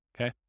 okay